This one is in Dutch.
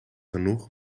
genoeg